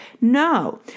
No